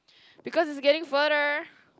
because he's getting further